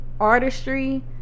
artistry